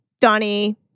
Donnie